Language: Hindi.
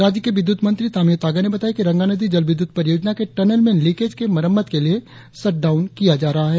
राज्य के विद्युत मंत्री तामियो तागा ने बताया कि रंगानदी जल विद्यूत परियोजना के टनल में लिकेज के मरम्मत के लिए शटडाऊन किया जा रहा है